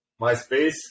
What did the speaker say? MySpace